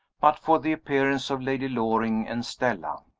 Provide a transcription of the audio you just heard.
but for the appearance of lady loring and stella.